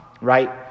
right